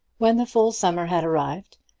when the full summer had arrived,